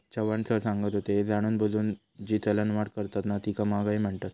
Chavan sir सांगत होते, जाणूनबुजून जी चलनवाढ करतत ना तीका महागाई म्हणतत